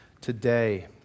today